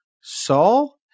Saul